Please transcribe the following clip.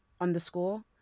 underscore